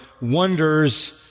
wonders